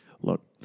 Look